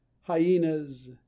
hyenas